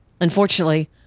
Unfortunately